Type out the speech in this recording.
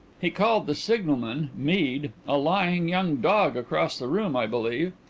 he called the signalman mead a lying young dog across the room, i believe.